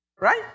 Right